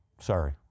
sorry